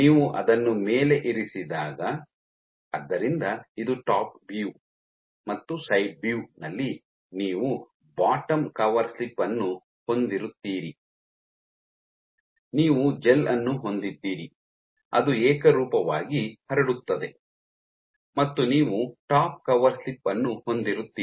ನೀವು ಅದನ್ನು ಮೇಲೆ ಇರಿಸಿದಾಗ ಆದ್ದರಿಂದ ಇದು ಟಾಪ್ ವ್ಯೂ ಮತ್ತು ಸೈಡ್ ವ್ಯೂ ನಲ್ಲಿ ನೀವು ಬಾಟಮ್ ಕವರ್ ಸ್ಲಿಪ್ ಅನ್ನು ಹೊಂದಿರುತ್ತೀರಿ ನೀವು ಜೆಲ್ ಅನ್ನು ಹೊಂದಿದ್ದೀರಿ ಅದು ಏಕರೂಪವಾಗಿ ಹರಡುತ್ತದೆ ಮತ್ತು ನೀವು ಟಾಪ್ ಕವರ್ ಸ್ಲಿಪ್ ಅನ್ನು ಹೊಂದಿರುತ್ತೀರಿ